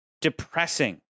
depressing